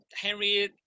Henry